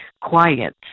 quiet